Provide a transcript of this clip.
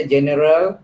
General